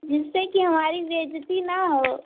जिससे की हमारी बेइज़्ज़ती ना हो